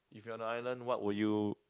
if you're on an island what would you